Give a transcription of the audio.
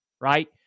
right